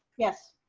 yes.